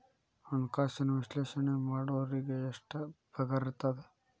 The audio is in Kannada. ಹಣ್ಕಾಸಿನ ವಿಶ್ಲೇಷಣೆ ಮಾಡೋರಿಗೆ ಎಷ್ಟ್ ಪಗಾರಿರ್ತದ?